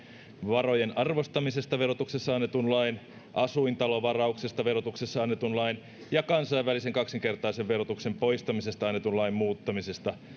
varojen arvostamisesta verotuksessa annetun lain asuintalovarauksesta verotuksessa annetun lain ja kansainvälisen kaksinkertaisen verotuksen poistamisesta annetun lain muuttamisesta